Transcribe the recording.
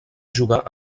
jugar